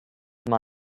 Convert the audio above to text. miles